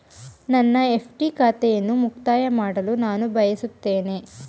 ನನ್ನ ಎಫ್.ಡಿ ಖಾತೆಯನ್ನು ಮುಕ್ತಾಯ ಮಾಡಲು ನಾನು ಬಯಸುತ್ತೇನೆ